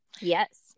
Yes